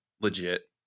legit